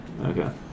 Okay